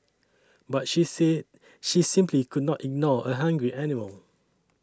but she said she simply could not ignore a hungry animal